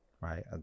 right